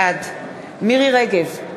בעד מירי רגב,